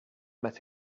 met